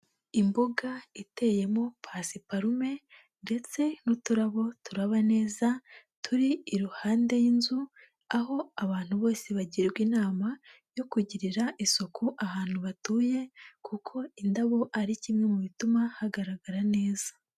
Imbuga iteyemo pasiparume ndetse n'uturabo turaba neza, turi iruhande y'inzu, aho abantu bose bagirwa inama yo kugirira isuku ahantu batuye kuko indabo ari kimwe mu bituma hagaragara neza.